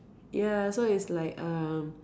ya so is like um